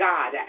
God